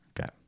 Okay